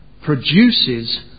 produces